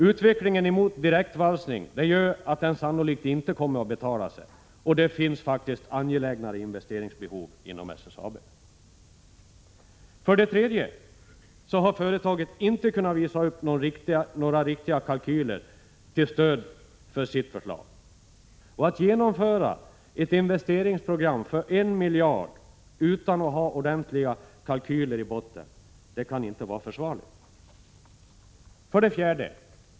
Utvecklingen mot direktvalsning gör att den sannolikt inte kommer att betala sig, och det finns faktiskt angelägnare investeringsbehov inom SSAB. 3. Företagsledningen har inte kunnat visa upp några riktiga kalkyler till stöd för sitt förslag. Att genomföra ett investeringsprogram för en miljard utan att ha ordentliga kalkyler i botten kan inte vara försvarligt. 4.